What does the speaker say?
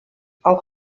auch